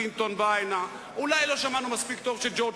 קיבלה לכל אחד שהצטרף או סגן שר או שר.